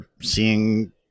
seeing